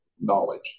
knowledge